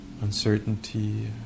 uncertainty